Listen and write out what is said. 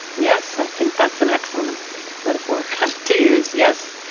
yes, i think that's an excellent metaphor to use, yes.